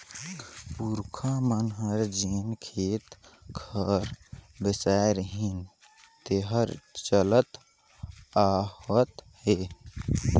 पूरखा मन हर जेन खेत खार बेसाय रिहिन तेहर चलत आवत हे